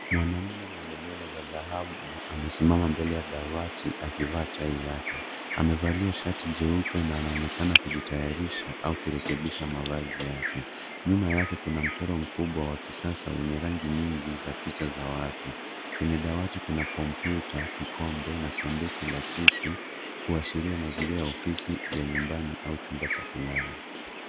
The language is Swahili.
Mwanaume mwenye nywele za dhahabu amesimama mbele ya dawati, akivaa tai yake. Amevalia shati jeupe na anaonekana kujitayarisha, au kurekebisha mavazi yake. Nyuma yake kuna mchoro mkubwa wa kisasa, wenye rangi nyingi za picha za watu. Kwenye dawati kuna kompyuta, kikombe, na sanduku la tishu, kuashiria mazingira ya ofisi ya nyumbani au chumba cha kulala.